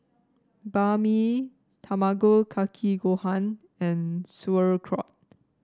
Banh Mi Tamago Kake Gohan and Sauerkraut